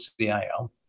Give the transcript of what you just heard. CIO